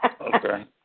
Okay